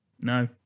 No